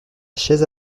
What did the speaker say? chaise